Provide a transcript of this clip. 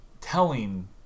telling